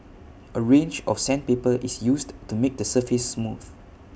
A range of sandpaper is used to make the surface smooth